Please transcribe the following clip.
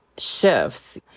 shifts.